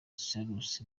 salus